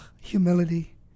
humility